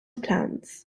plants